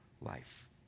life